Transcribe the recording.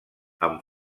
amb